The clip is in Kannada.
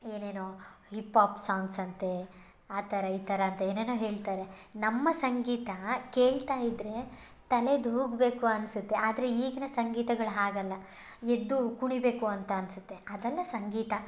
ಏನೇನೊ ಹಿಪ್ ಹಾಪ್ ಸಾಂಗ್ಸ್ ಅಂತೆ ಆ ಥರ ಈ ಥರ ಅಂತ ಏನೇನೊ ಹೇಳ್ತಾರೆ ನಮ್ಮ ಸಂಗೀತ ಕೇಳ್ತಾ ಇದ್ದರೆ ತಲೆದೂಗಬೇಕು ಅನ್ಸುತ್ತೆ ಆದರೆ ಈಗಿನ ಸಂಗೀತಗಳು ಹಾಗಲ್ಲ ಎದ್ದು ಕುಣಿಬೇಕು ಅಂತ ಅನ್ಸುತ್ತೆ ಅದಲ್ಲ ಸಂಗೀತ